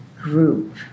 group